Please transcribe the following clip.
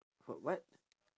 wh~ what